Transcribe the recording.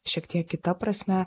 šiek tiek kita prasme